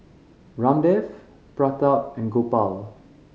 Ramdev Pratap and Gopal